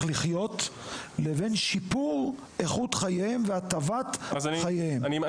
לחיות לבין שיפור איכות חייהם והטבת חייהם.